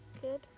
Good